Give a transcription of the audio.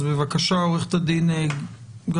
אז בבקשה, עורכת הדין גל